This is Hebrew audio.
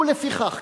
ולפיכך,